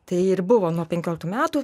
tai ir buvo nuo penkioliktų metų